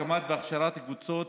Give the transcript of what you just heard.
הקמה והכשרה של קבוצות,